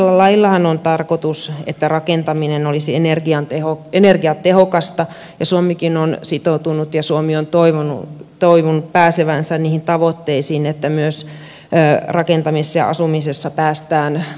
varsinaisella laillahan on tarkoitus että rakentaminen olisi energiatehokasta ja suomikin on sitoutunut ja suomi on toivonut pääsevänsä niihin tavoitteisiin että myös rakentamisessa ja asumisessa päästään vähentämään energiankulutusta